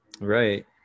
Right